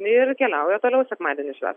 ir keliauja toliau sekmadienį švest